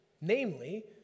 namely